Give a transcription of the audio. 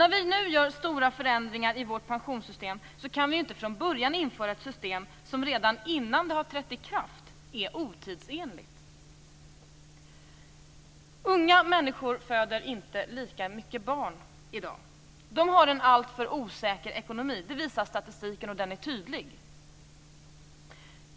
När vi nu gör stora förändringar i vårt pensionssystem kan vi ju inte införa ett system som redan är otidsenligt innan det har trätt i kraft. Unga människor föder inte lika många barn i dag. Det visar statistiken, och den är tydlig.